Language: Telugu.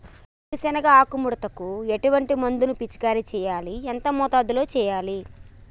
వేరుశెనగ ఆకు ముడతకు ఎటువంటి మందును పిచికారీ చెయ్యాలి? ఎంత మోతాదులో చెయ్యాలి?